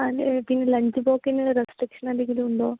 അതേ പിന്നെ ലഞ്ച് ബോക്സിന് റെസ്ട്രിക്ഷൻ എന്തെങ്കിലുമുണ്ടോ